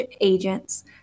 agents